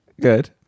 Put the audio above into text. good